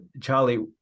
Charlie